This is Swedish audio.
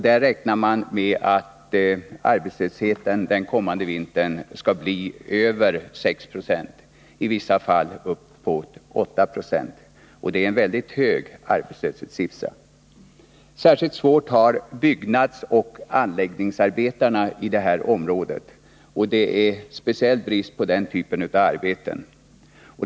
Där räknar man med att arbetslösheten den kommande vintern blir över 6 90 —i vissa fall uppåt 8 70. Det är en väldigt hög arbetslöshetssiffra. Särskilt svårt har byggnadsoch anläggningsarbetarna i det här området. Det är speciellt stor brist på den typen av arbeten.